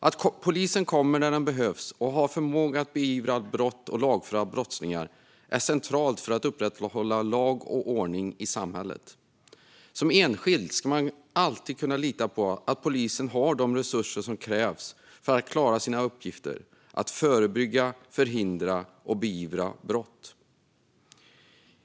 Att polisen kommer när den behövs och har förmåga att beivra brott och lagföra brottslingar är centralt för att vi ska kunna upprätthålla lag och ordning i samhället. Som enskild ska man alltid kunna lita på att polisen har de resurser som krävs för att den ska klara av sina uppgifter - att förebygga, förhindra och beivra brott.